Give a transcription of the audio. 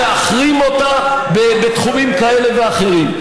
או כדי להחרים אותה בתחומים כאלה ואחרים.